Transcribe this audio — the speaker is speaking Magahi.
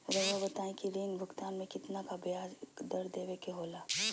रहुआ बताइं कि ऋण भुगतान में कितना का ब्याज दर देवें के होला?